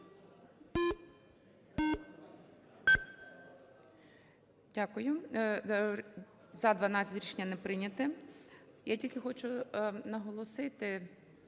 Дякую. "За" – 12, рішення не прийнято.